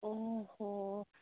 اوہ ہو